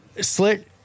Slick